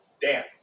Dan